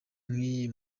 nk’iyi